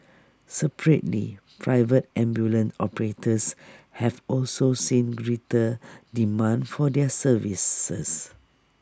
separately private ambulance operators have also seen greater demand for their services